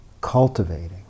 Cultivating